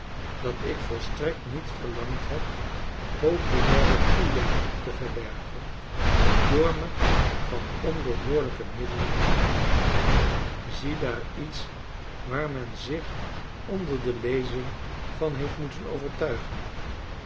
dat ik volstrekt niet verlangd heb populaire toejuiching te verwerven door me van onbehoorlijke middelen te bedienen ziedaar iets waar men zich onder de lezing van heeft moeten overtuigen